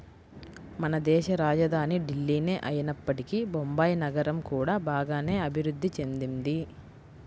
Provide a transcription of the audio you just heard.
మనదేశ రాజధాని ఢిల్లీనే అయినప్పటికీ బొంబాయి నగరం కూడా బాగానే అభిరుద్ధి చెందింది